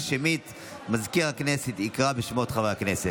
ותעבור לוועדת הכלכלה להכנתה לקריאה ראשונה.